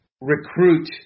recruit